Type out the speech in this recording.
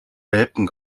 welpen